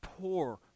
poor